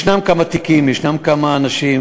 יש כמה תיקים, יש כמה אנשים,